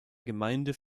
gemeinde